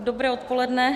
Dobré odpoledne.